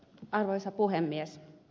arvoisa puhemies